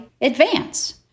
advance